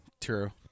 True